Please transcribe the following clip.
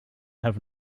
have